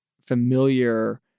familiar